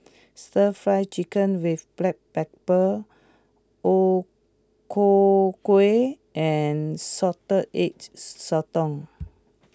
Stir Fry Chicken with Black Pepper O Ku Kueh and Salted Egg Sotong